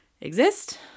exist